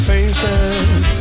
Faces